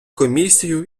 комісію